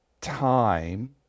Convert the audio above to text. time